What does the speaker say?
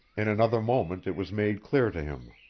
in another moment it was made clear to him.